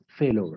failover